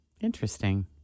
Interesting